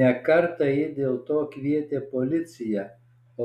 ne kartą ji dėl to kvietė policiją